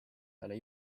talle